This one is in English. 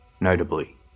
Notably